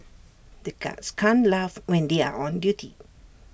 the guards can't laugh when they are on duty